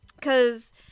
Cause